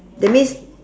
that means